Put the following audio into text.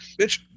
Bitch